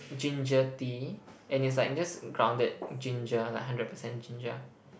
ginger tea and it's like just grounded ginger like hundred percent ginger